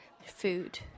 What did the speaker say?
Food